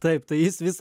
taip tai jis vis